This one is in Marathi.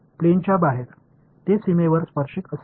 प्लेनच्या बाहेर ते सीमेवर स्पर्शिक असेल